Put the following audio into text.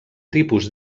tipus